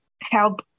help